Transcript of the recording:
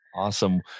Awesome